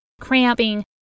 cramping